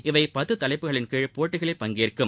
இவை பத்து தலைப்புகளின்கீழ் போட்டியில் பங்கேற்கும்